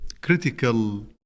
critical